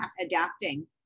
adapting